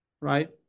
right